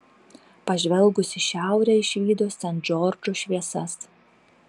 pažvelgusi į šiaurę išvydo sent džordžo šviesas